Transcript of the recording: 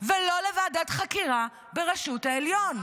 ולא לוועדת חקירה בראשות העליון.